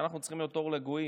שאנחנו צריכים להיות אור לגויים,